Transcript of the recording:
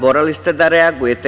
Morali ste da reagujete.